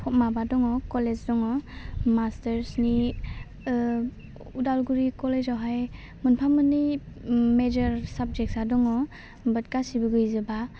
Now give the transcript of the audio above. माबा दङ कलेज दङ मास्टारसनि ओह अदालगुरि कलेज आवहाय मोनफा मोननै ओम मेजर साबजेक्टसा दङ बाट गासिबो गैजोबा